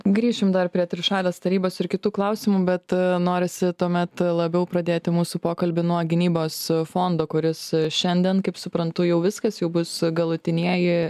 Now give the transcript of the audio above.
grįšim dar prie trišalės tarybos ir kitų klausimų bet norisi tuomet labiau pradėti mūsų pokalbį nuo gynybos fondo kuris šiandien kaip suprantu jau viskas jau bus galutinieji